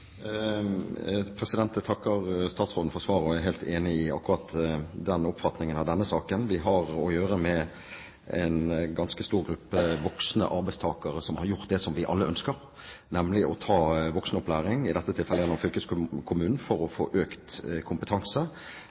Jeg takker statsråden for svaret, og er helt enig i akkurat den oppfatningen av denne saken. Vi har å gjøre med en ganske stor gruppe voksne arbeidstakere som har gjort det som vi alle ønsker, nemlig å ta voksenopplæring, i dette tilfellet gjennom fylkeskommunen, for å få økt kompetanse